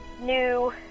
new